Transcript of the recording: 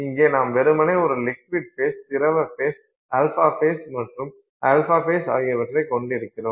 இங்கே நாம் வெறுமனே ஒரு லிக்விட் ஃபேஸ் திரவ பிளஸ் α ஃபேஸ் மற்றும் ஒரு α ஃபேஸ் ஆகியவற்றைக் கொண்டிருக்கிறோம்